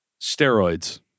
steroids